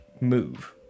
move